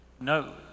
no